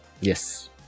Yes